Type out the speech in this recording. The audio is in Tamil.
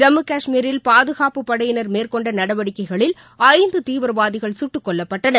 ஜம்மு கஷ்மீரில் பாதுகாப்புப் படையினர் மேற்கொண்டநடவடிக்கைகளில் ஐந்துதீவிரவாதிகள் சுட்டுக் கொல்லப்பட்டனர்